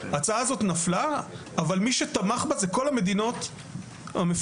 ההצעה הזאת נפלה אבל מי שתמך בה זה כל המדינות המפותחות